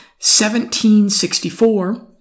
1764